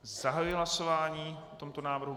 Zahajuji hlasování o tomto návrhu.